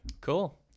cool